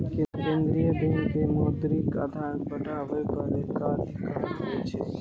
केंद्रीय बैंक के मौद्रिक आधार बढ़ाबै पर एकाधिकार होइ छै